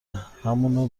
همونو